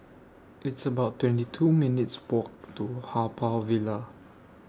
It's about twenty two minutes' Walk to Haw Par Villa